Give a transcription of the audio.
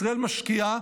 וישראל משקיעה,